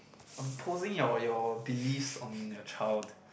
imposing your your beliefs on your child